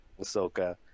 Ahsoka